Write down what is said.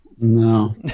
No